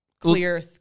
clear